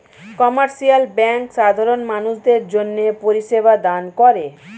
commercial bank সাধারণ মানুষদের জন্যে পরিষেবা দান করে